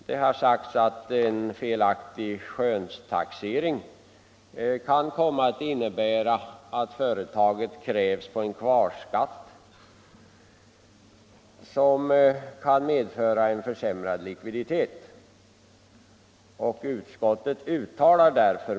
Där sägs att en felaktig skönstaxering kan komma Ändring i konkursatt innebära att ett företag krävs på en kvarskatt, som kan medföra en lagen försämrad likviditet.